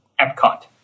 Epcot